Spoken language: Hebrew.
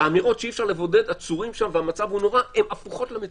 האמירות שאי-אפשר לבודד עצורים שם והמצב הוא נורא הן הפוכות למציאות.